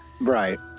Right